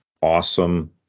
awesome